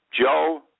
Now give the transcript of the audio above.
Joe